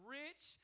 rich